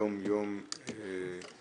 היום יום שני,